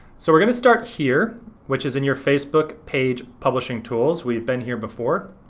so we're gonna start here which is in your facebook page publishing tools, we've been here before.